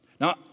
Now